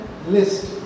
list